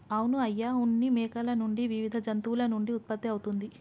అవును అయ్య ఉన్ని మేకల నుండి వివిధ జంతువుల నుండి ఉత్పత్తి అవుతుంది